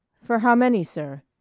for how many, sir?